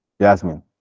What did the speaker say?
Jasmine